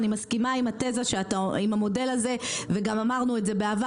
אני מסכימה עם המודל הזה וגם אמרנו את זה בעבר,